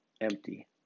empty